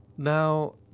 Now